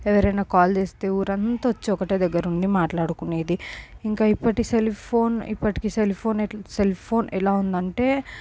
ఎవరైనా కాల్ చేస్తే ఊరంతా వచ్చి ఒకటే దగ్గర ఉండి మాట్లాడుకునేది కానీ ఇప్పటి సెల్ ఫోన్ ఇప్పటికే సెల్ ఫోన్ ఎలా ఉందంటే